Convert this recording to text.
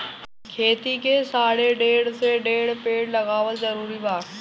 खेती के साथे ढेर से ढेर पेड़ लगावल जरूरी बा